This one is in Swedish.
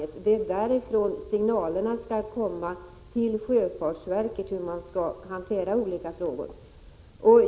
Det är därifrån signalerna skall komma till sjöfartsverket om hur man skall hantera olika frågor.